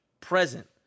present